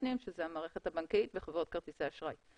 שזו המערכת הבנקאית וחברות כרטיסי האשראי.